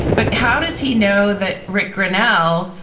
but how does he know that rick grenell,